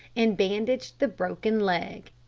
and bandaged the broken leg.